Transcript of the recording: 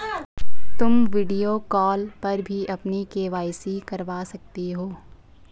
तुम video call पर भी अपनी के.वाई.सी करवा सकती हो